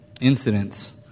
incidents